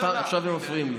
עכשיו הם מפריעים לי.